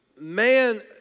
man